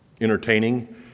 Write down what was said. entertaining